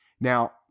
now